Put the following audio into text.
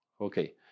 Okay